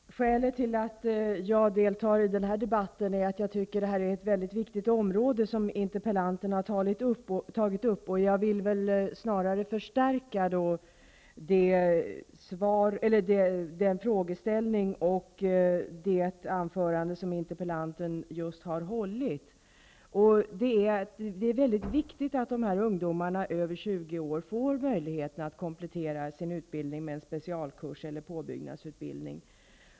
Herr talman! Skälet till att jag deltar i den här debatten är att det område som interpellanten har tagit upp är mycket viktigt. Jag vill närmast förstärka den frågeställning och det anförande som interpellanten just har hållit. Det är mycket viktigt att dessa ungdomar över 20 år får möjlighet att komplettera sin utbildning med en specialkurs eller påbyggnadsutbildning.